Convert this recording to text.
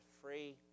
free